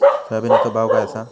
सोयाबीनचो भाव काय आसा?